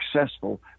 successful